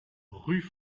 rue